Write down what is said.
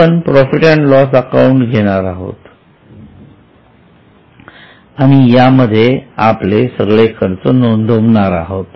आपण profit and loss account घेणार आहोत आणि यामध्ये आपले सगळे खर्च नोंदविणार आहोत